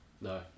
No